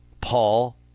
Paul